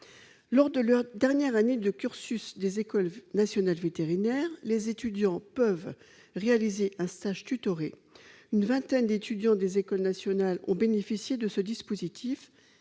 Lors de leur dernière année du cursus des écoles nationales vétérinaires, les étudiants peuvent réaliser un stage tutoré. Une vingtaine d'entre eux a bénéficié de ce dispositif